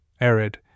arid